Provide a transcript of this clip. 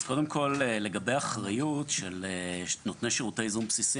לגבי אחריות של נותני שירותי ייזום בסיסי,